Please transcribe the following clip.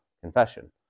confession